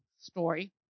story